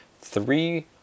three